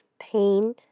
pain